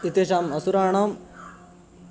एतेषाम् असुराणां